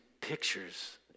pictures